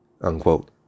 unquote